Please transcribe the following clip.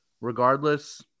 regardless